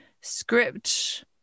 script